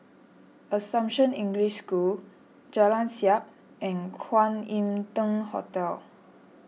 Assumption English School Jalan Siap and Kwan Im Tng Temple